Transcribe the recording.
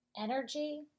energy